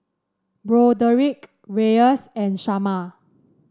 Broderick Reyes and Shamar